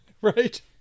Right